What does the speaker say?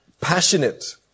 passionate